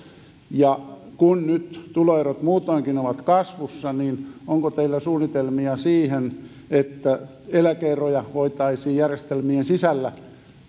ja kun nyt tuloerot muutoinkin ovat kasvussa niin onko teillä suunnitelmia siihen että eläke eroja voitaisiin järjestelmien sisällä